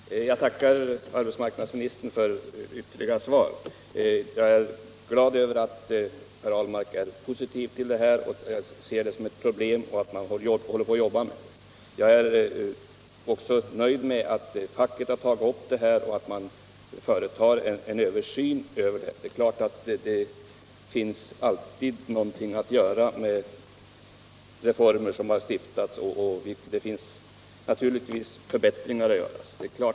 Herr talman! Jag tackar arbetsmarknadsministern för hans ytterligare svar på mina frågor. Jag är glad över att Per Ahlmark är positiv till denna sak, att han ser den som ett problem och att man håller på att jobba med den. Jag är också nöjd med att facket tagit upp frågan, och att man företar en översyn. Det är klart att det alltid finns någonting att göra med införda reformer, och det går naturligtvis att åstadkomma förbättringar.